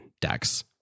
decks